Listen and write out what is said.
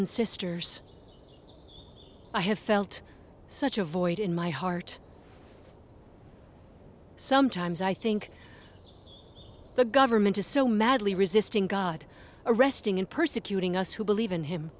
and sisters i have felt such a void in my heart sometimes i think the government is so madly resisting god arresting and persecuting us who believe in him